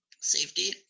Safety